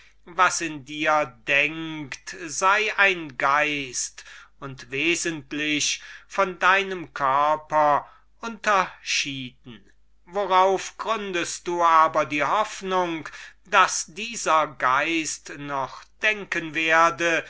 was in dir denkt sei ein geist und wesentlich von deinem körper unterschieden worauf gründest du die hoffnung daß dieser geist noch denken werde